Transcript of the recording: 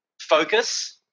focus